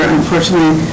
Unfortunately